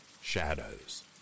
shadows